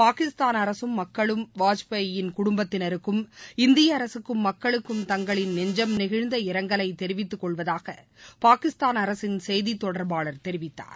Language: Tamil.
பாகிஸ்தான் அரசும் மக்களும் வாஜ்பாயின் குடும்பத்தினருக்கும் இந்திய அரசுக்கும் மக்களுக்கும் தங்களின் நெஞ்சம் நெகிழ்ந்த இரங்கலை தெரிவித்துக் கொள்வதாக பாகிஸ்தான் அரசின் செய்தி தொடர்பாளர் தெரிவித்தார்